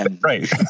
Right